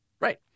Right